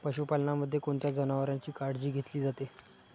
पशुपालनामध्ये कोणत्या जनावरांची काळजी घेतली जाते?